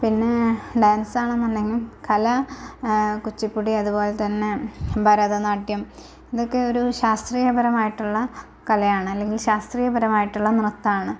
പിന്നെ ഡാൻസ് ആണ് എന്നുണ്ടെങ്കിൽ കല കുച്ചിപ്പുടി അതുപോലെ തന്നെ ഭരതനാട്യം അതൊക്കെയൊരു ശാസ്ത്രീയപരമായിട്ടുള്ള കലയാണ് അല്ലെങ്കിൽ ശാസ്ത്രീയ പരമായിട്ടുള്ള നൃത്തമാണ്